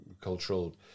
cultural